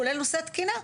כולל נושא התקינה.